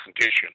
condition